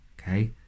okay